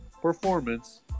performance